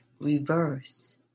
reverse